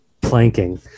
Planking